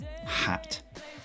hat